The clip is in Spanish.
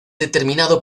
determinado